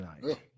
tonight